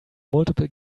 multiple